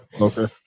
Okay